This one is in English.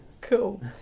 Cool